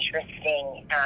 interesting